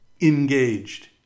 engaged